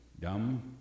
dumb